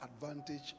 advantage